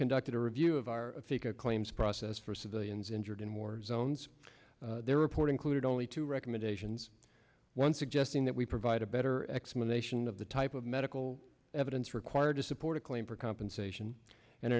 conducted a review of our fake a claims process for civilians injured in war zones their report included only two recommendations one suggesting that we provide a better explanation of the type of medical evidence required to support a claim for compensation and